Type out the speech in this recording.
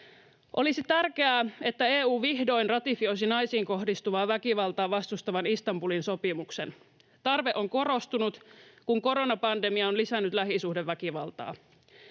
Olisi tärkeää, että EU vihdoin ratifioisi naisiin kohdistuvaa väkivaltaa vastustavan Istanbulin sopimuksen. Tarve on korostunut, kun koronapandemia on lisännyt lähisuhdeväkivaltaa.